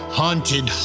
haunted